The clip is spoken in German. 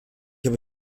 habe